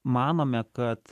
manome kad